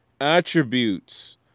attributes